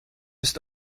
ist